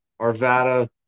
Arvada